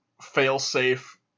fail-safe